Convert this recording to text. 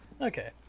okay